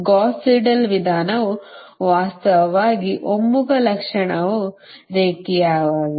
Gauss Seidel ವಿಧಾನವು ವಾಸ್ತವವಾಗಿ ಒಮ್ಮುಖ ಲಕ್ಷಣವು ರೇಖೀಯವಾಗಿದೆ